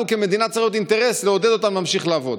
לנו כמדינה צריך להיות אינטרס לעודד אותם להמשיך לעבוד.